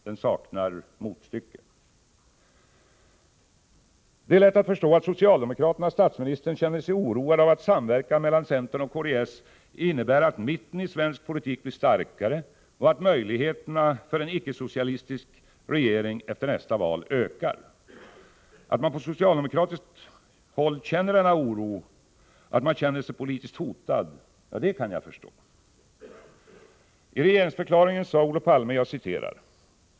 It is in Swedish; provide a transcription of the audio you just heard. Den saknar motstycke. Det är lätt att förstå att socialdemokraterna och statsministern känner sig oroade av att samverkan mellan centern och kds innebär att mitten i svensk politik blir starkare och att möjligheterna för en icke-socialistisk regering efter nästa val ökar. Att man på socialdemokratiskt håll känner denna oro, att man känner sig politiskt hotad, kan jag förstå.